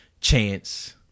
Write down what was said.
chance